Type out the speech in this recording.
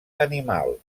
animal